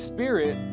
Spirit